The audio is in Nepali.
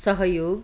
सहयोग